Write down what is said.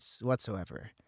whatsoever